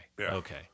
Okay